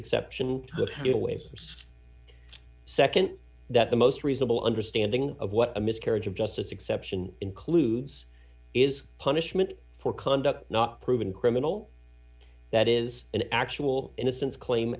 exception it always second that the most reasonable understanding of what a miscarriage of justice exception includes is punishment for conduct not proven criminal that is an actual innocence claim